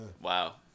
Wow